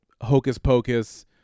hocus-pocus